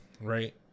Right